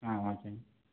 ஆ ஓகேங்க